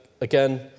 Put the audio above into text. again